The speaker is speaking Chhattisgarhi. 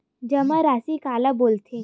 जमा राशि काला बोलथे?